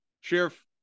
Sheriff